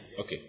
Okay